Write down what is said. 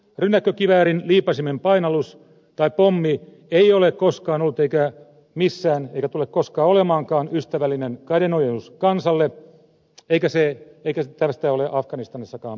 rynnäkkökiväärin liipaisimen painallus tai pommi ei ole koskaan ollut eikä missään eikä koskaan tule olemaankaan ystävällinen kädenojennus kansalle eikä tästä ole afganistanissakaan poikkeusta olemassa